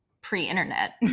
pre-internet